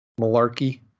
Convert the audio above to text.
malarkey